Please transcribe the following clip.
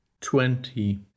twenty